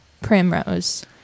Primrose